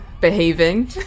behaving